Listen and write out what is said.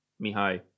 Mihai